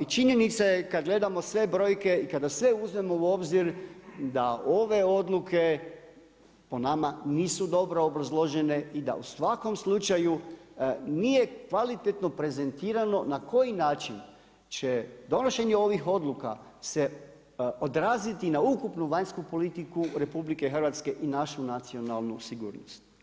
i činjenica je kada gledamo sve brojke i kada sve uzmemo u obzir da ove odluke o nama nisu dobro obrazložene i da u svakom slučaju, nije kvalitetno prezentirano na koji način će donošenje ovih odluka se odraziti na ukupnu vanjsku politiku RH i našu nacionalnu sigurnost.